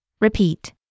Repeat